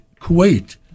Kuwait